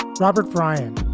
robert bryant,